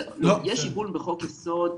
יש עיגון בחוק יסוד.